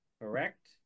correct